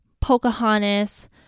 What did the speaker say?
Pocahontas